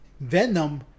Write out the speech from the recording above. Venom